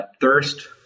thirst